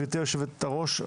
גברתי יושבת הראש,